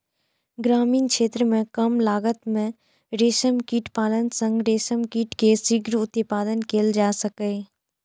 ग्रामीण क्षेत्र मे कम लागत मे रेशम कीट पालन सं रेशम कीट के शीघ्र उत्पादन कैल जा सकैए